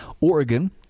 Oregon